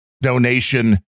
donation